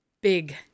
big